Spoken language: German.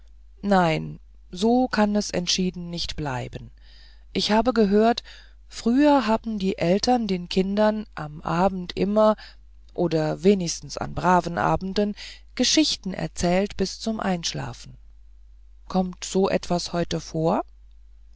nein so kann es entschieden nicht bleiben ich habe gehört früher haben die eltern den kindern am abend immer oder wenigstens an braven abenden geschichten erzählt bis zum einschlafen kommt so etwas heute vor